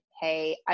hey